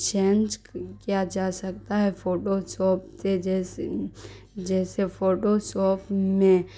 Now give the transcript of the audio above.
change کیا جا سکتا ہے فوٹو شاپ سے جیسے جیسے فوٹو شاپ میں